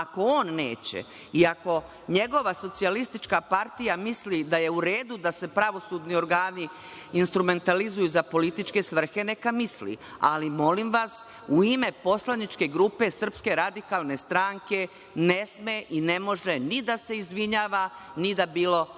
ako on neće i ako njegova Socijalistička partija misli da je u redu da se pravosudni organi instrumentalizuju za političke svrhe, neka misli. Ali, molim vas, u ime poslaničke grupe SRS ne sme i ne može ni da se izvinjava, ni da bilo šta